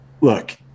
look